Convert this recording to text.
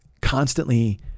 constantly